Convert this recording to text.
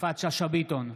יפעת שאשא ביטון,